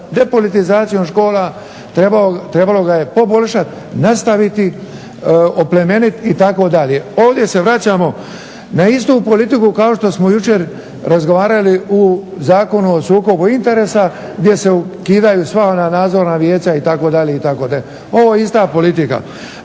depolitizacijom škola trebalo ga je poboljšati, nastaviti, oplemeniti itd. Ovdje se vraćamo na istu politiku kao što smo jučer razgovarali o Zakonu o sukobu interesa gdje se ukidaju sva ona nadzorna vijeća itd. ovo je ista politika.